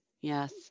Yes